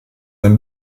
ein